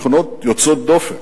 ותכונות יוצאות דופן,